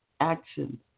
action